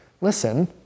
Listen